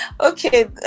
Okay